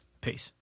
Peace